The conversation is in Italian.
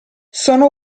sono